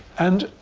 and,